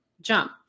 jump